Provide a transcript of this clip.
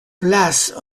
place